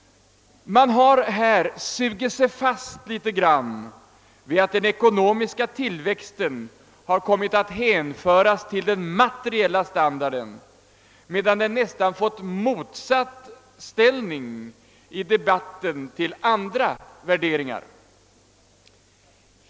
Man har här sugit sig fast vid att den ekonomiska tillväxten har kommit att hänföras till den materiella standarden, medan den i debatten nästan har fått en motsatsställning till andra värderingar.